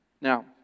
Now